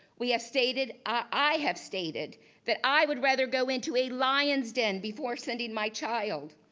we have stated, i have stated that i would rather go into a lion's den before sending my child.